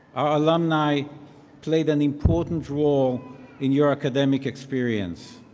alumni played an important role in your academic experience,